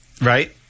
Right